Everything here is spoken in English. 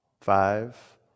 five